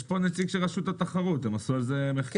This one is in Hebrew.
יש פה נציג של רשות התחרות, עם עשו על זה מחקר.